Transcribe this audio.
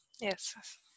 Yes